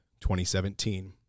2017